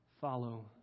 follow